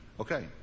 Okay